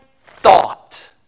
thought